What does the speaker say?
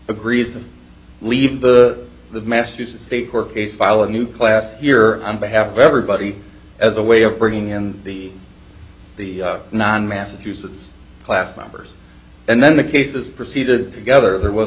agrees to leave the massachusetts state court case file a new class here on behalf of everybody as a way of bringing in the nine massachusetts class numbers and then the cases proceeded together there was